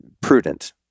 prudent